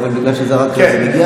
ממה אתה מפחד?